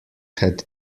had